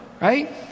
right